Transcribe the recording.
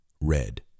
red